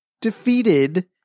defeated